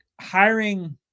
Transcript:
hiring